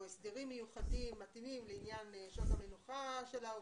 או הסדרים מיוחדים מתאימים לעניין שעות המנוחה של העובדים,